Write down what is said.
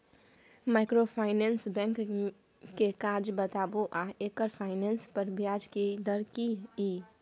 Microfinance bank के काज बताबू आ एकर फाइनेंस पर ब्याज के दर की इ?